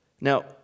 Now